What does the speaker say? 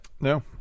no